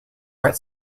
wet